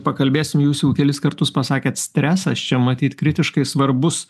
pakalbėsim jūs jau kelis kartus pasakėt stresas čia matyt kritiškai svarbus